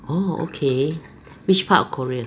orh okay which part of korea